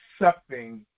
accepting